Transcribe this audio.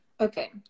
okay